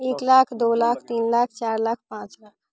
एक लाख दो लाख तीन लाख चारि लाख पाँच लाख